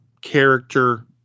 character